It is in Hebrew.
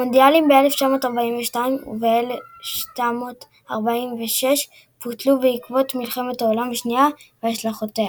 המונדיאלים ב-1942 וב-1946 בוטלו בעקבות מלחמת העולם השנייה והשלכותיה.